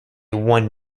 one